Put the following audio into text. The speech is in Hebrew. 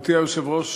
גברתי היושבת-ראש,